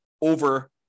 over